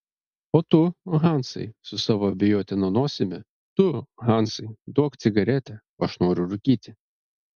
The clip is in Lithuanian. o tu hansai su savo abejotina nosimi tu hansai duok cigaretę aš noriu rūkyti